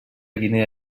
guinea